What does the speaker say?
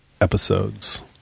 episodes